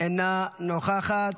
אינה נוכחת.